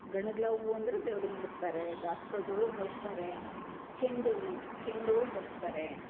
ಗಣಗ್ಲ ಹೂವು ಅಂದರೆ ದೇವ್ರಿಗೆ ಮುಡಿಸ್ತಾರೆ ದಾಸ್ವಾಳ್ದ ಹೂವು ಮುಡಿಸ್ತಾರೆ ಚೆಂಡು ಊವು ಚೆಂಡು ಹೂವು ಮುಡಿಸ್ತಾರೆ